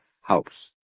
house